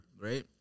right